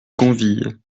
gonville